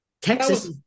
Texas